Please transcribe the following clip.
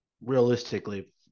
realistically